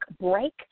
break